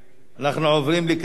אנחנו עוברים לקריאה שלישית.